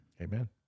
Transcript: Amen